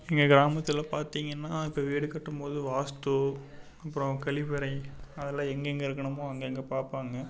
எங்கள் கிராமத்தில் பார்த்திங்கன்னா இப்போ வீடு கட்டும்மோது வாஸ்து அப்புறோம் கழிவறை அது எல்லாம் எங்கெங்கே இருக்கணுமா அங்கங்கே பார்ப்பாங்க